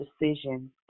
decision